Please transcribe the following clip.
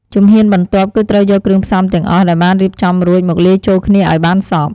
ជំហានបន្ទាប់ គឺត្រូវយកគ្រឿងផ្សំទាំងអស់ដែលបានរៀបចំរួចមកលាយចូលគ្នាឱ្យបានសព្វ